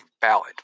ballot